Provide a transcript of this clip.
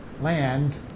land